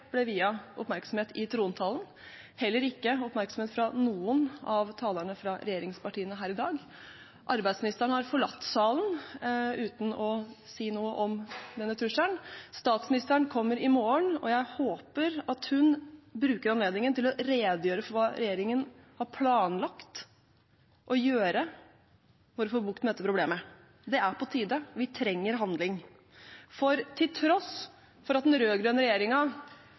ble viet oppmerksomhet i trontalen, heller ikke oppmerksomhet fra noen av talerne fra regjeringspartiene her i dag. Arbeidsministeren har forlatt salen uten å si noe om denne trusselen. Statsministeren kommer i morgen, og jeg håper hun bruker anledningen til å redegjøre for hva regjeringen har planlagt å gjøre for å få bukt med dette problemet. Det er på tide – vi trenger handling. Til tross for at den